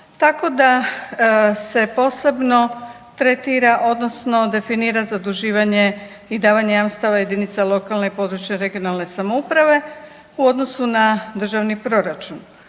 tako da se posebno tretira odnosno definira zaduživanje i davanje jamstava jedinicama lokalne i područne (regionalne) samouprave u odnosu na državni proračun.